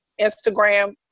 Instagram